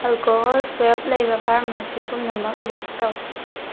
alcohol swab ꯂꯩꯕ pharmacy ꯄꯨꯝꯅꯃꯛ list ꯇꯧ